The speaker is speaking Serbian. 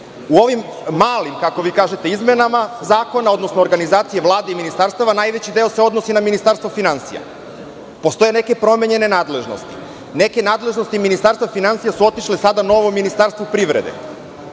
ovim malim, kako vi kažete izmenama zakona, odnosno organizacije Vlade i ministarstava, najveći deo se odnosi na Ministarstvo finansija. Postoje neke promenjene nadležnosti. Neke nadležnosti Ministarstva finansija su otišle sada novom Ministarstvu privrede,